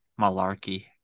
malarkey